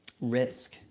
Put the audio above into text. risk